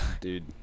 Dude